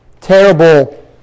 terrible